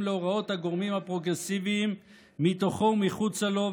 להוראות הגורמים הפרוגרסיביים מתוכו ומחוצה לו,